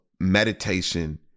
meditation